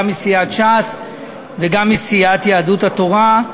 גם מסיעת ש"ס וגם מסיעת יהדות התורה,